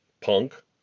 punk